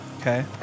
Okay